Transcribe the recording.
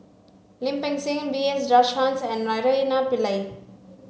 Lim Peng Siang B S Rajhans and Naraina Pillai